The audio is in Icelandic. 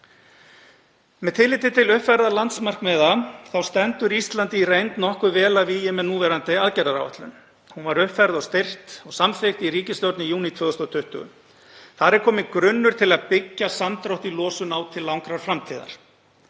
Með tilliti til uppfærðra landsmarkmiða stendur Ísland í reynd nokkuð vel að vígi með núverandi aðgerðaáætlun. Hún var uppfærð og styrkt og samþykkt í ríkisstjórn í júní 2020. Þar er kominn grunnur til að byggja samdrátt í losun á til langrar framtíðar.